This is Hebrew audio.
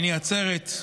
שמיני עצרת,